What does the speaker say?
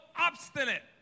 obstinate